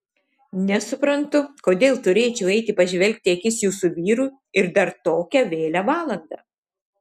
nesuprantu kodėl turėčiau eiti pažvelgti į akis jūsų vyrui ir dar tokią vėlią valandą